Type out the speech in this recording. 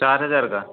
चार हज़ार का